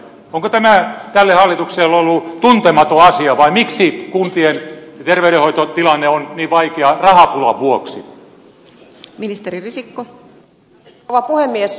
onko tämä tälle hallitukselle ollut tuntematon asia vai miksi kuntien terveydenhoitotilanne on niin vaikea rahapulan vuoksi